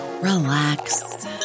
relax